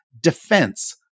defense